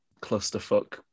clusterfuck